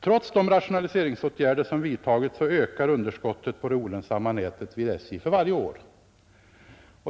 Trots de rationaliseringsåtgärder som vidtagits ökar underskottet på det olönsamma nätet vid SJ för varje år.